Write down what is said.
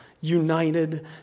united